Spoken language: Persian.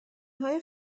های